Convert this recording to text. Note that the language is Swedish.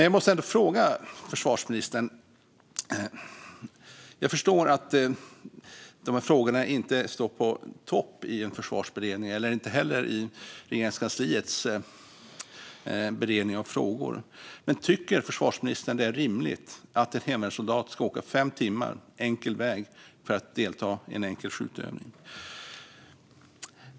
Jag måste ändå ställa en fråga till försvarsministern. Jag förstår att dessa frågor inte är i topp i en försvarsberedning och inte heller vid Regeringskansliets beredning av frågor. Men tycker försvarsministern att det är rimligt att en hemvärnssoldat ska åka fem timmar, enkel väg, för att delta i en enkel skjutövning?